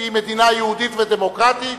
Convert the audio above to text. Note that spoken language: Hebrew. שהיא מדינה יהודית ודמוקרטית,